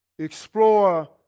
explore